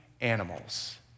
animals